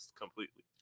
completely